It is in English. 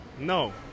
No